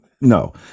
no